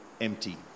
empty